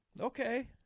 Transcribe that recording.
Okay